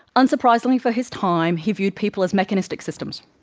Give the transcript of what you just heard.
unsurprisingly for his time, he viewed people as mechanistic systems,